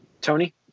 tony